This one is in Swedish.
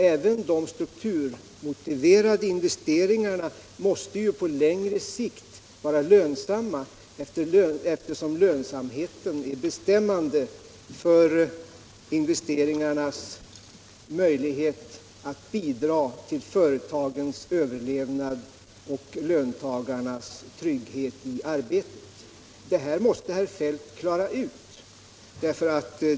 Även de strukturmotiverade investeringarna måste ju på längre sikt vara lönsamma, eftersom lönsamheten är bestämmande för investeringarnas möjlighet att bidra till företagens överlevnad och löntagarnas trygghet i arbetet. Det här måste herr Feldt klara ut.